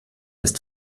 ist